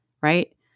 Right